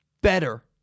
better